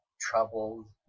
troubled